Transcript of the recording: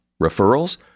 Referrals